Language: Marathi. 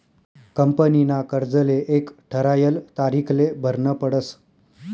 कंपनीना कर्जले एक ठरायल तारीखले भरनं पडस